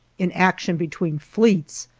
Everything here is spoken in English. in action between fleets,